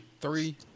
Three